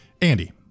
Andy